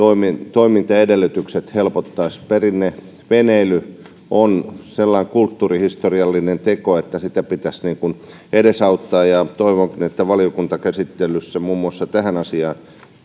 toimintaedellytykset helpottuisivat perinneveneily on sellainen kulttuurihistoriallinen teko että sitä pitäisi edesauttaa ja toivonkin että valiokuntakäsittelyssä muun muassa tähän asiaan